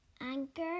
anchor